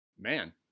man